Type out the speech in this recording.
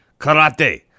karate